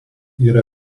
yra